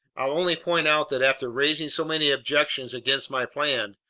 i'll only point out that after raising so many objections against my plan,